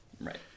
Right